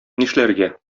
нишләргә